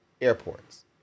Airports